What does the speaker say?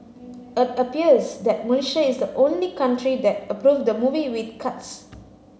appears that Malaysia is the only country that approved the movie with cuts